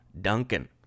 Duncan